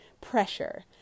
pressure